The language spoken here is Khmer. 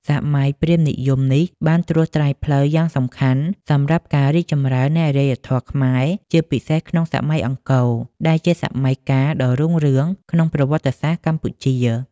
សម័យព្រាហ្មណ៍និយមនេះ បានត្រួសត្រាយផ្លូវយ៉ាងសំខាន់សម្រាប់ការរីកចម្រើននៃអរិយធម៌ខ្មែរ ជាពិសេសក្នុងសម័យអង្គរ ដែលជាសម័យកាលដ៏រុងរឿងក្នុងប្រវត្តិសាស្ត្រកម្ពុជា។